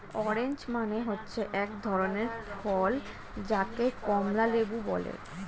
orange মানে হচ্ছে এক ধরনের ফল যাকে কমলা লেবু বলে